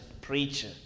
preacher